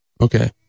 okay